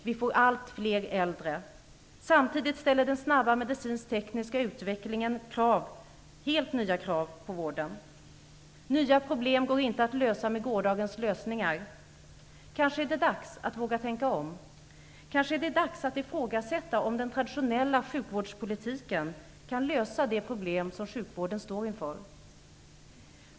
Vi får allt fler äldre. Samtidigt ställer den snabba medicinskt tekniska utvecklingen helt nya krav på vården. Nya problem går inte att lösa med gårdagens lösningar. Kanske är det dags att våga tänka om. Kanske är det dags att ifrågasätta om den traditionella sjukvårdspolitiken kan lösa de problem som sjukvården står inför.